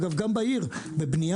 אגב, גם בעיר, בבנייה